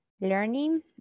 learning